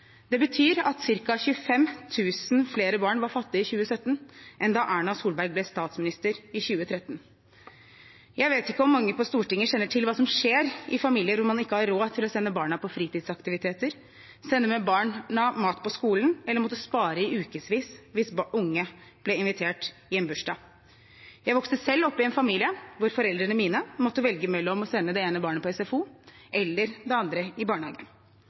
Det betyr at ca. 25 000 flere barn var fattige i 2017 enn da Erna Solberg ble statsminister i 2013. Jeg vet ikke om mange på Stortinget kjenner til hva som skjer i familier hvor man ikke har råd til å sende barna på fritidsaktiviteter eller sende med barna mat på skolen, eller måtte spare i ukesvis hvis barna blir invitert i en bursdag. Jeg vokste selv opp i en familie hvor foreldrene mine måtte velge om de skulle sende det ene barnet på SFO eller det andre i